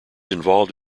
involved